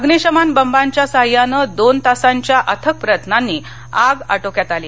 अग्निशमन बंबांच्या सहाय्यानं दोन तासांच्या अथक प्रयत्नांनी आग आटोक्यात आली